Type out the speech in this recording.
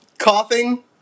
Coughing